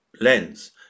lens